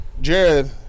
Jared